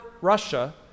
Russia